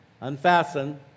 Unfasten